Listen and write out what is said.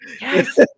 Yes